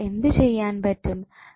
അപ്പോൾ എന്ത് ചെയ്യാൻ പറ്റും